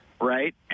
right